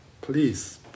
please